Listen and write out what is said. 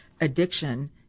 addiction